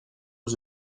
aux